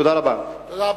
תודה רבה.